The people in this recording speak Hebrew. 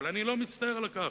אבל אני לא מצטער על כך,